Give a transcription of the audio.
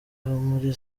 muri